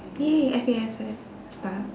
!yay! F_A_S_S